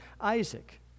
Isaac